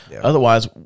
Otherwise